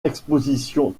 expositions